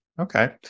Okay